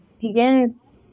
begins